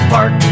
Park